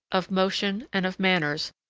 of motion, and of manners,